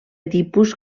tipus